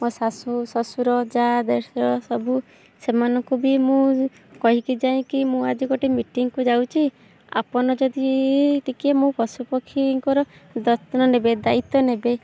ମୋ ଶାଶୁ ଶ୍ୱଶୁର ଯାଆ ଦେଡ଼ଶୁର ସବୁ ସେମାନଙ୍କୁ ବି ମୁଁ କହିକି ଯାଏ କି ମୁଁ ଆଜି ଗୋଟେ ମିଟିଙ୍ଗ୍କୁ ଯାଉଛି ଆପଣ ଯଦି ଟିକେ ମୋ ପଶୁପକ୍ଷୀଙ୍କର ଯତ୍ନ ନେବେ ଦାୟିତ୍ୱ ନେବେ